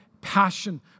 passion